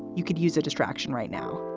you could use a distraction right now.